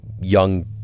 young